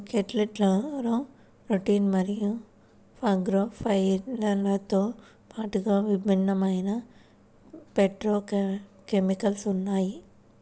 బుక్వీట్లో రుటిన్ మరియు ఫాగోపైరిన్లతో పాటుగా విభిన్నమైన ఫైటోకెమికల్స్ ఉన్నాయి